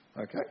Okay